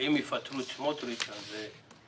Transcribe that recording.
אנחנו נצביע על זה.